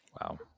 Wow